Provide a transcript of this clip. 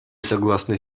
согласны